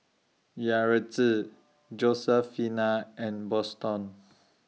Yaretzi Josefina and Boston